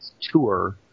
tour